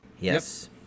Yes